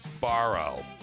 borrow